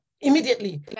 immediately